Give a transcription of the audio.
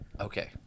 okay